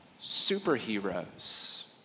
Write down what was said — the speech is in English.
superheroes